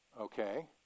Okay